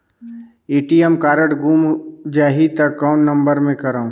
ATM card गुम जाही त कौन नम्बर मे करव?